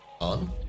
On